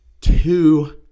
two